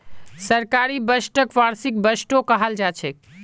सरकारी बजटक वार्षिक बजटो कहाल जाछेक